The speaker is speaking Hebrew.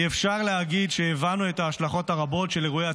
אי-אפשר להגיד שהבנו את ההשלכות הרבות של אירועי